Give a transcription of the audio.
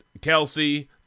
Kelsey